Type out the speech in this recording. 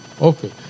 Okay